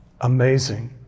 amazing